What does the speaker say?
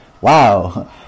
Wow